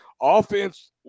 offense